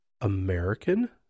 American